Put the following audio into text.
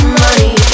money